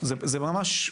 זה ממש,